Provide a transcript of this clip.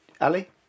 Ali